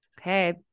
Okay